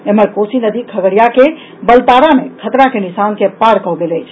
एम्हर कोसी नदी खगड़िया के बलतारा मे खतरा के निशान के पार कऽ गेल अछि